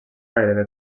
gairebé